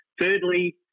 Thirdly